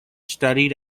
studied